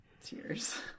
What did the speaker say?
Tears